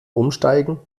umsteigen